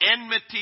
enmity